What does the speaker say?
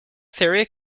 theory